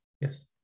yes